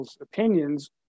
opinions